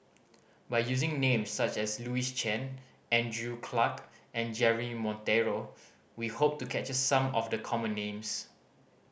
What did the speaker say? by using names such as Louis Chen Andrew Clarke and Jeremy Monteiro we hope to capture some of the common names